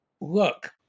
look